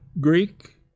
Greek